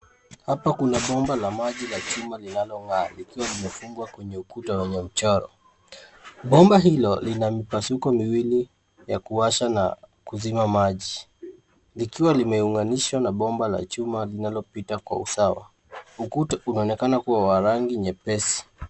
Hapa kuna bomba la maji la chuma linalongaa likiwa limefungwa kwenye ukuta wenye mcharo. Bomba hilo lina mipasuko miwili ya kuwasha na kuzima maji likiwa limeunganishwa na bomba la chuma linalopita kwa usawa. Ukuta unaonekana kua wa rangi nyepesi.